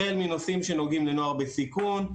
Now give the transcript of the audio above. החל מנושאים שנוגעים לנוער בסיכון,